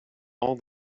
all